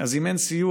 אז אם אין סיוע,